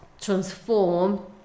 transform